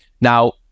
now